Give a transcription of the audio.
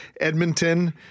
Edmonton